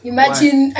Imagine